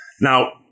Now